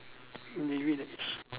David relax